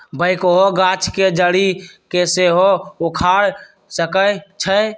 backhoe गाछ के जड़ी के सेहो उखाड़ सकइ छै